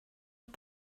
bod